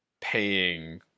paying